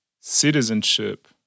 citizenship